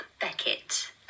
Beckett